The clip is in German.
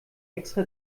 extra